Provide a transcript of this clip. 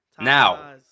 Now